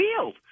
field